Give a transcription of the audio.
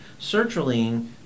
sertraline